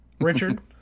Richard